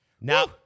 Now